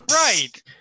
Right